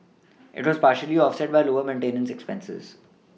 it was partially offset by lower maintenance expenses